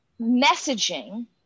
messaging